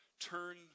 turn